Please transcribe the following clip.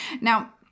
Now